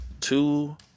Two